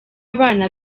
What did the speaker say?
abana